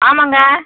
ஆமாங்க